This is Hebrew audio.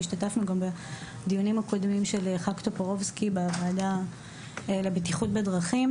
והשתתפנו גם בדיונים הקודמים של ח"כ טופורובסקי בוועדה לבטיחות בדרכים,